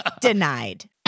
denied